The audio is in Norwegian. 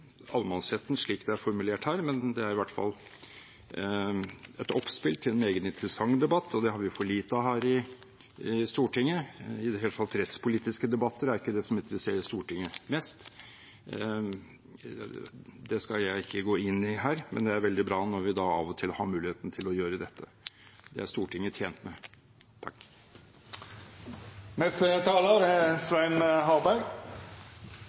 slik det er formulert her, men det er i hvert fall et oppspill til en meget interessant debatt, og det har vi for lite av her i Stortinget. Rettspolitiske debatter er i det hele tatt ikke det som interesserer Stortinget mest. Det skal jeg ikke gå inn i her, men det er veldig bra at vi av og til har muligheten til å gjøre dette. Det er Stortinget tjent med.